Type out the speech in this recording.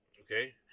okay